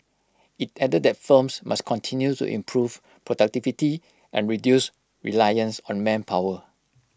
IT added that firms must continue to improve productivity and reduce reliance on manpower